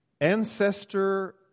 ancestor